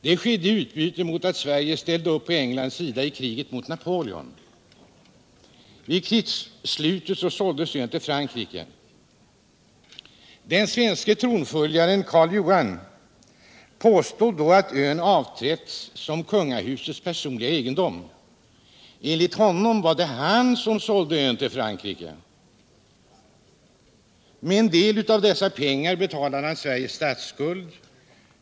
Det skedde i utbyte mot att Sverige ställde upp på Englands sida i kriget mot Napoleon. Vid krigsslutet såldes ön till Frankrike. Den svenske tronföljaren Karl Johan påstod då att ön avträtts som kungahusets personliga egendom. Enligt honom var det han som sålde ön till Frankrike. Med en del av de pengarna betalade har Sveriges statsskuld.